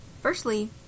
Firstly